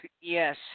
Yes